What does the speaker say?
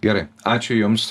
gerai ačiū jums